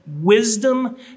Wisdom